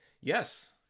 Yes